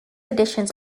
additions